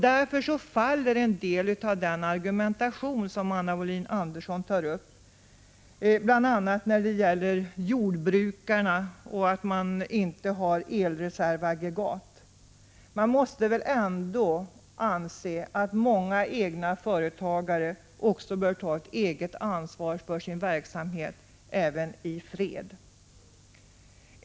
Därför faller en del av Anna Wohlin-Anderssons argumentation, bl.a. beträffande jordbrukarna och bristen på elreservaggregat. Man måste väl ändå anse att många egna företagare bör ta ett eget ansvar för sin verksamhet även i fred.